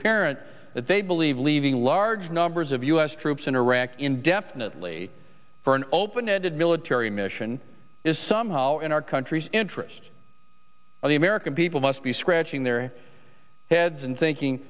apparent that they believe leaving large numbers of u s troops in iraq indefinitely for an open ended military mission is somehow in our country's interest of the american people must be scratching their heads and thinking